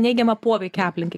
neigiamą poveikį aplinkai